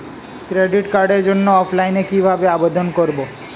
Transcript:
Credit কার্ডের জন্য অফলাইনে কিভাবে আবেদন করব?